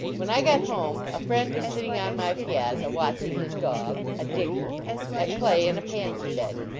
when i got home, a friend was sitting on my piazza watching his dog a digger at play in a pansy bed.